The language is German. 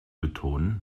betonen